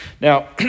Now